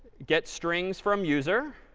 get strings from user,